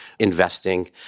investing